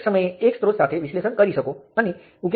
તેથી આટલું જ હું પાછલા કેસને લંબાવવા માંગતો હતો